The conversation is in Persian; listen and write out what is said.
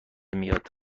میاد